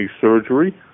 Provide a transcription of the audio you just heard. surgery